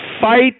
fight